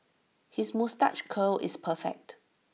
his moustache curl is perfect